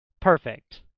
Perfect